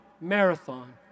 marathon